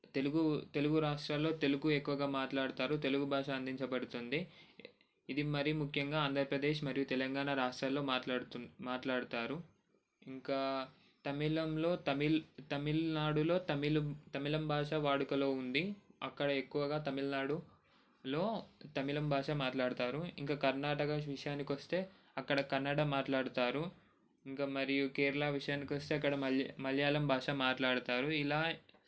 తెలుగు తెలుగు రాష్ట్రాల్లో తెలుగు ఎక్కువగా మాట్లాడతారు తెలుగు భాష అందించబడుతుంది ఇది మరీ ముఖ్యంగా ఆంధ్రప్రదేశ్ మరియు తెలంగాణ రాష్ట్రాలలో మాట్లాడుతూ మాట్లాడతారు ఇంకా తమిళంలో తమిళ్ తమిళనాడులో తమిళ్ తమిళం భాష ఎక్కువ వాడుకలో ఉంది అక్కడ ఎక్కువగా తమిళనాడులో తమిళం భాష మాట్లాడతారు ఇంకా కర్ణాటక విషయానికి వస్తే అక్కడ కన్నడ మాట్లాడుతారు ఇంకా మరియు కేరళ విషయానికి వస్తే అక్కడ మలయాళం భాష మాట్లాడుతారు ఇలా